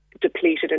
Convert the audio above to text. depleted